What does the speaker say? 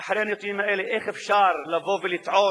אחרי הנתונים האלה, איך אפשר לבוא ולטעון